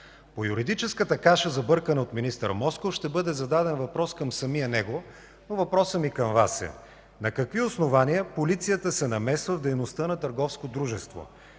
По юридическата каша, забъркана от министър Москов, ще бъде зададен въпрос към самия него. Въпросът ми към Вас е: на какви основания полицията се намесва в дейността на търговско дружество?